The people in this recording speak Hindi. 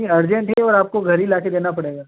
नहीं अर्जेंट ही है और आपको घर ही लाके देना पड़ेगा